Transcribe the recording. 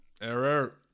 Error